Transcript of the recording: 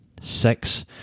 six